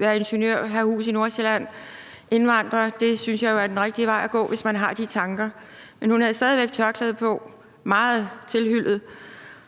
være ingeniør, have hus i Nordsjælland – det synes jeg jo er den rigtige vej at gå, hvis man har de tanker. Men hun havde stadig væk tørklæde på og var meget tilhyllet.